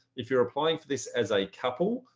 if you're applying for this as a couple,